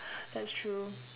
that's true